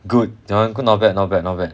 good done good not bad not bad not bad